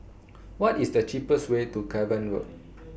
What IS The cheapest Way to Cavan Road